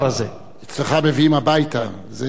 באמת,